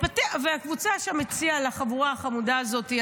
והקבוצה שם הציעה לחבורה החמודה הזאת,